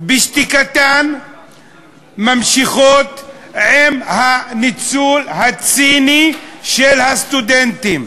בשתיקתן ממשיכות את הניצול הציני של הסטודנטים.